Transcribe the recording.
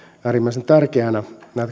äärimmäisen tärkeänä näitä